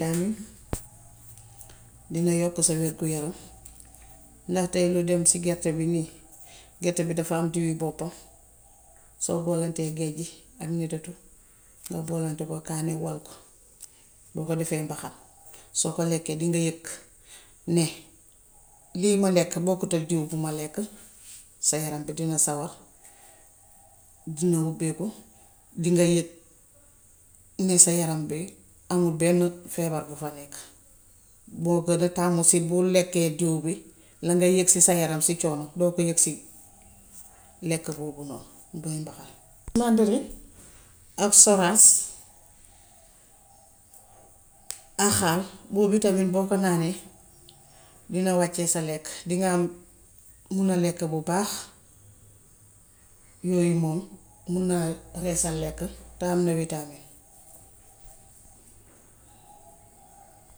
Moom seer na ndax fim nekk nii lu dem si ganaar, yàppu xar, yàppu béy yépp dafa seer. Waaye nag, baax na si yaram waaye jën bu baax moom moo ko gën a raw. Tay soo tegee sa jën bi, nga am sa jën bu ferees jën bu baax, kële teg yàppam, du la gën a sawar yaram. Te dinga lekk ba suur ba nga yëg ne lekk naa. Boobu moom normaal na. Waaw mbaxam moom boo ko lekee, bu ma ko lekkee damay sawar. Mbaxal, dem ba si cuuraay gerte yooy noonu, maafe. Yooy moom su ma ko lekkkee dinaa yëg ne lekk naa ba suur. Suma yaram dina ko yëg.